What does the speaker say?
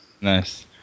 Nice